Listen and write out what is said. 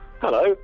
Hello